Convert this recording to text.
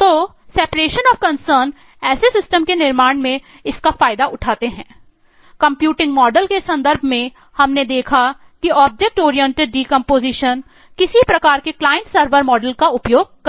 का उपयोग करें